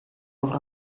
over